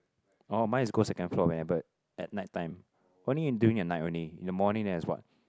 orh mine is go second floor when at night time only in during at night only in the morning as what